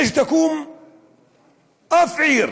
שתקום עיר,